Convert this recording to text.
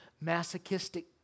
masochistic